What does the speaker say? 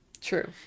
True